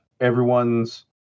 Everyone's